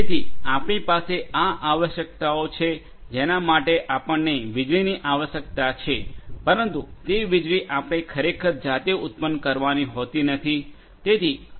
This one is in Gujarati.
તેથી આપણી પાસે આ આવશ્યકતાઓ છે જેના માટે આપણને વીજળીની આવશ્યકતા છે પરંતુ તે વીજળી આપણે ખરેખર જાતે ઉત્પન્ન કરવાની હોતી નથી